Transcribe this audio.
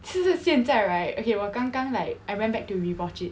其实现在 right okay 我刚刚 like I went back to re-watch it